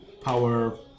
power